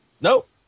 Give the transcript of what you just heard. Nope